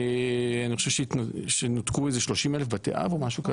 אני חושב שנותקו 30,000 בתי אב משהו כזה,